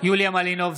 יוליה מלינובסקי,